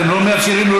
אתם לא מאפשרים לו